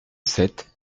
sept